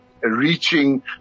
reaching